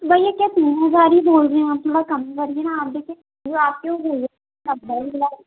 भैया क्या तीन हज़ार ही बोल रहे आप थोड़ा कम करिए न आप देखिए जो आप क्यों मिला